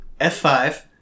F5